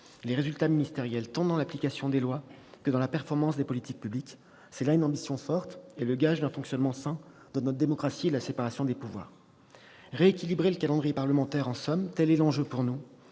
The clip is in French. les résultats ministériels, tant dans l'application des lois que dans la performance des politiques publiques. C'est une ambition forte, et le gage d'un fonctionnement sain de notre démocratie et de la séparation des pouvoirs. Rééquilibrer le calendrier parlementaire, en somme, tel est l'enjeu pour nous.